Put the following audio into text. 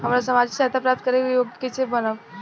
हम सामाजिक सहायता प्राप्त करे के योग्य कइसे बनब?